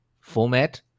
format